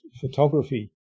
photography